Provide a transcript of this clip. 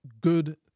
good